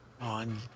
On